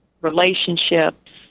relationships